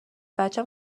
بچه